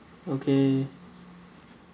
okay